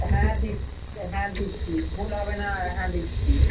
হ্যাঁ দিচ্ছি হ্যাঁ দিচ্ছি ভুল হবে না হ্যাঁ দিচ্ছি